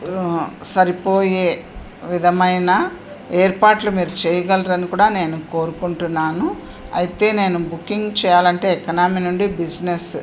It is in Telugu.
సరిపోయే విధమైన ఏర్పాట్లు మీరు చేయగలరని కూడా నేను కోరుకుంటున్నాను అయితే నేను బుకింగ్ చేయాలంటే ఎకనామీ నుండి బిజినెస్